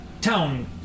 town